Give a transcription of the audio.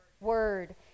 word